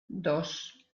dos